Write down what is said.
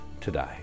today